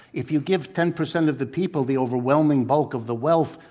if you give ten percent of the people the overwhelming bulk of the wealth,